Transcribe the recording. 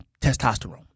testosterone